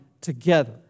together